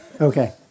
Okay